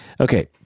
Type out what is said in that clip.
Okay